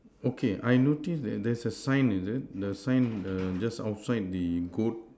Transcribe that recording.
okay I noticed that there is a sign is it the sign the just outside the good